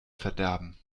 verderben